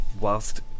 whilst